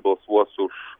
balsuos už